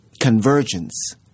convergence